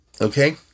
Okay